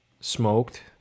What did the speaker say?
smoked